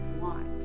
want